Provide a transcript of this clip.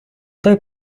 той